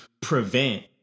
prevent